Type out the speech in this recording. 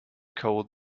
code